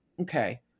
okay